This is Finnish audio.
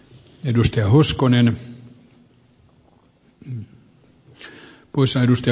aikaansaannos on yksimielinen